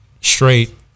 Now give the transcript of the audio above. straight